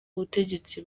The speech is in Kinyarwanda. ubutegetsi